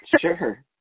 Sure